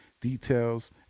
details